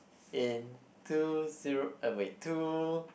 in two zero uh wait two